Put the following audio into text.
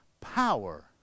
power